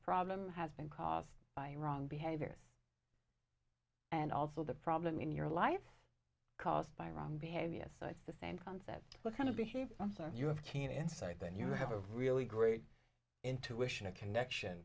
problem has been caused by wrong behavior and also the problem in your life caused by wrong behavior so it's the same concept what kind of behavior you have keen insight that you have a really great intuition a connection